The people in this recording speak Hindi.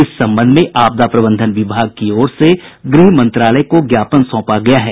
इस संबंध में आपदा प्रबंधन विभाग की ओर से गृह मंत्रालय को ज्ञापन सौंपा गया है